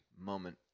moment